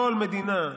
כל מדינה,